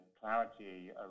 clarity